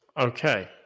Okay